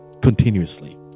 continuously